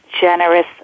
generous